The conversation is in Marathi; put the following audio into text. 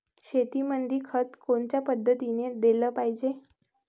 शेतीमंदी खत कोनच्या पद्धतीने देलं पाहिजे?